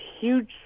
huge